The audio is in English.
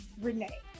Renee